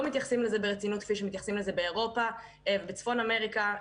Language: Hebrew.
לא מתייחסים לזה ברצינות כפי שמתייחסים לזה באירופה ובצפון אמריקה.